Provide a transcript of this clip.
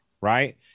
Right